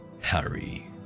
Harry